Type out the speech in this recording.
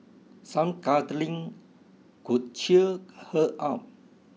some cuddling could cheer her up